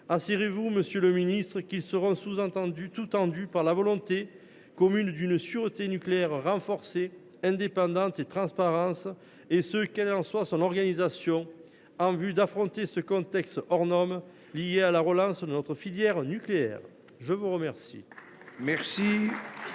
assuré, monsieur le ministre, qu’ils seront sous tendus par la volonté commune d’une sûreté nucléaire renforcée, indépendante et transparente, et ce quelle qu’en soit son organisation, en vue d’affronter ce contexte hors norme lié à la relance de notre filière nucléaire. La parole